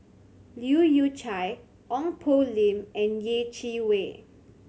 Leu Yew Chye Ong Poh Lim and Yeh Chi Wei